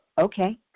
okay